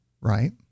right